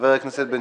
התשע"ה-2015(פ/1487/20)